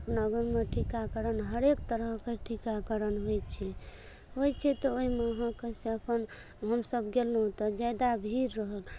अपना गाँवमे टीकाकरण हरेक तरहके टीकाकरण होइ छै होइ छै तऽ ओहिमे गाँवके सभ अपन हम सभ गेलहुॅं तऽ जादा भीड़ रहल